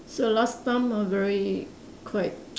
so last time ah very quite